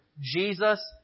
Jesus